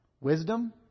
wisdom